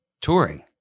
touring